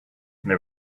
they